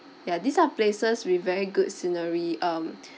ya these are places with very good scenery um